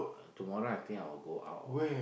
tomorrow I think I will go out